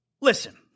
Listen